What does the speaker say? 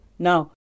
Now